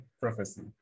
prophecy